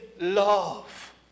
love